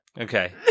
Okay